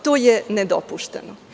To je nedopušteno.